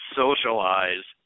socialize